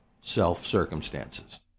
self-circumstances